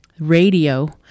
Radio